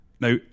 Now